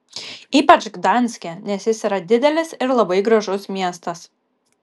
ypač gdanske nes jis yra didelis ir labai gražus miestas